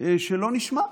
שלא נשמע.